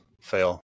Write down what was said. fail